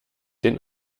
den